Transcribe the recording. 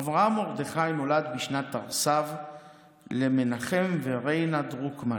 אברהם מרדכי נולד בשנת תרס"ו למנחם וריינה דרוקמן.